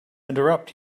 interrupt